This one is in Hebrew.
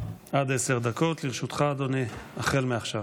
עד עשר דקות לרשותך, אדוני, החל מעכשיו.